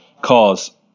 cause